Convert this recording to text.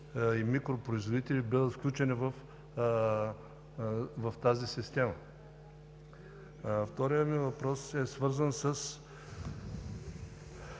и микропроизводителите бъдат включени в тази система. Вторият ми въпрос е свързан с